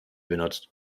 benutzt